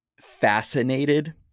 fascinated